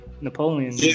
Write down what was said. Napoleon